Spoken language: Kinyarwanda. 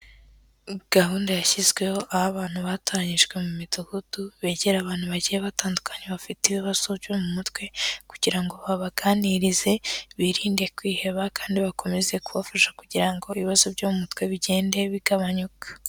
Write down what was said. Gahunda yashyizweho aho abantu batoranyijwe mu midugudu begera abantu bagiye batandukanye bafite ibibazo byo mu mutwe kugira ngo babaganirize, birinde kwiheba kandi bakomeze kubafasha kugira ngo ibibazo byo mu mutwe bigende bigabanyuka.